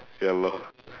ya lor